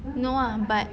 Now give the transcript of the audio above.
no ah but